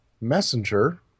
Messenger